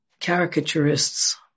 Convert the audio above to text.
caricaturists